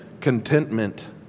contentment